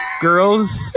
Girls